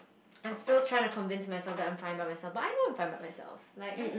I'm still trying to convince myself that I'm fine by myself but I know I'm fine by myself like I'm